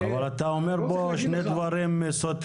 אבל אתה אומר פה שני דברים סותרים.